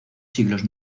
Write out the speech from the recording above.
siglos